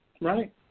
right